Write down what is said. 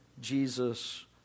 Jesus